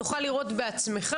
תוכל לראות בעצמך.